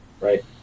Right